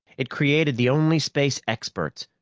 it created the only space experts,